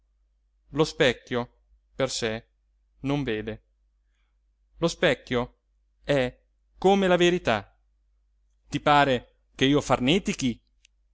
lo specchio per sé non vede lo specchio è come la verità ti pare ch'io farnetichi